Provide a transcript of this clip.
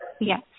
Yes